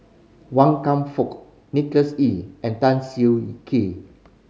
Wan Kam Fook Nicholas Ee and Tan Siah Kwee